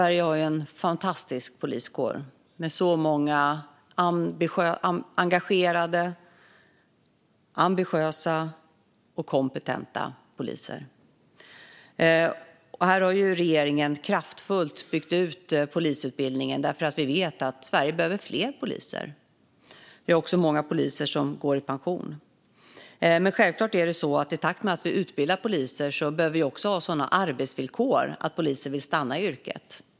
Fru talman! Sverige har en fantastisk poliskår, med många engagerade, ambitiösa och kompetenta poliser. Regeringen har byggt ut polisutbildningen kraftfullt därför att vi vet att Sverige behöver fler poliser. Vi har också många poliser som går i pension. Det är självfallet så att vi i takt med att vi utbildar poliser behöver ha sådana arbetsvillkor att poliser vill stanna i yrket.